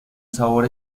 sabor